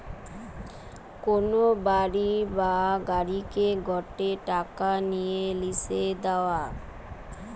কোন বাড়ি বা গাড়িকে গটে টাকা নিয়ে লিসে দেওয়া